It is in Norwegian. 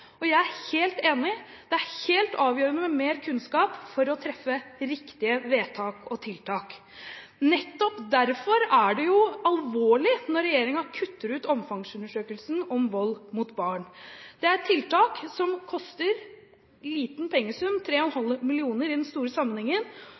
Jeg er helt enig – det er helt avgjørende med mer kunnskap for å treffe riktige vedtak og tiltak. Nettopp derfor er det jo alvorlig når regjeringen kutter ut omfangsundersøkelsen om vold mot barn. Det er et tiltak som koster en liten pengesum